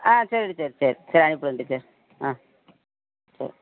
ஆ சரி டீச்சர் சரி சரி அனுப்பி விட்றேன் டீச்சர் ஆ சரி